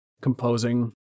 composing